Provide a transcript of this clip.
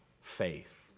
faith